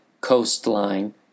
coastline